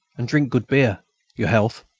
and drink good beer your health.